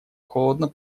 холодно